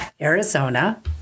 Arizona